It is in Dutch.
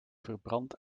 verbrand